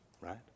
right